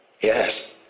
Yes